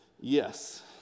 Yes